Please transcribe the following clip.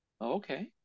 Okay